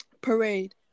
parade